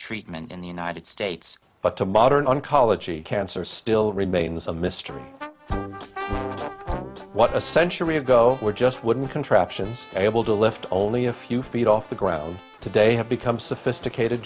treatment in the united states but to modern college cancer still remains a mystery what a century ago were just wooden contraptions able to lift only a few feet off the ground today have become sophisticated